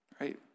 right